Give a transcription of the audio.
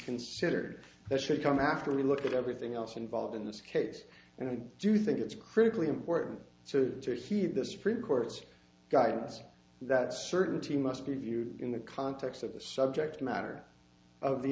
considered it should come after we look at everything else involved in this case and i do think it's critically important so to see the supreme court's guidance that certainty must be viewed in the context of the subject matter of the